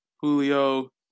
Julio